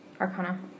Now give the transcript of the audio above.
Arcana